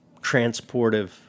transportive